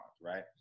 right